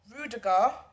Rudiger